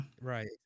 right